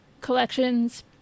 collections